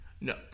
No